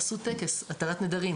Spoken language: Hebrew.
עשו טקס התרת נדרים